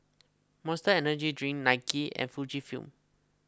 Monster Energy Drink Nike and Fujifilm